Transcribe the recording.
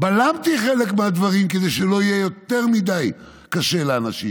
בלמתי חלק מהדברים כדי שלא יהיה יותר מדי קשה לאנשים.